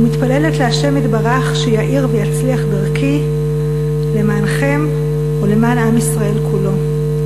ומתפללת לה' יתברך שיאיר ויצליח דרכי למענכם ולמען עם ישראל כולו.